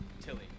Tilly